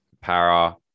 Para